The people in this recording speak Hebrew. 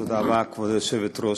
תודה רבה, כבוד היושבת-ראש,